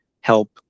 help